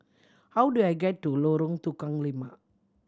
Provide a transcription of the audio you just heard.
how do I get to Lorong Tukang Lima